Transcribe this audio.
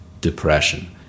depression